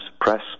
Press